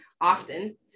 often